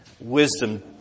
wisdom